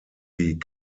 die